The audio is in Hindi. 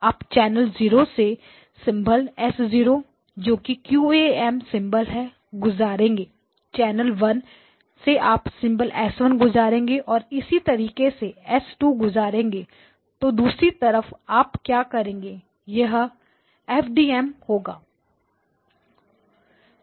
आप चैनल जीरो से सिंबल s0 जोकि QAM सिंबल हैगुजारेंगे चैनल वन से आप सिंबल S1 गुजारेंगे और इसी तरीके से S2 गुजारेंगे तो दूसरी तरफ आप क्या करेंगे वह एसडीएम FDM होगा